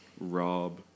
Rob